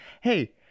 hey